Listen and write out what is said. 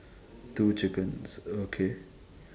two chickens okay